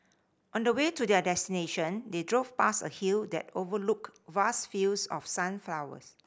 on the way to their destination they drove past a hill that overlooked vast fields of sunflowers